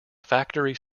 factory